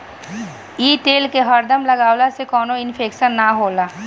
इ तेल के हरदम लगवला से कवनो इन्फेक्शन ना होला